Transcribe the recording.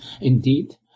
Indeed